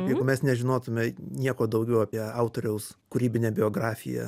jeigu mes nežinotume nieko daugiau apie autoriaus kūrybinę biografiją